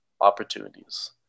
opportunities